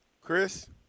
Chris